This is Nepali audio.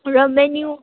र मेन्यु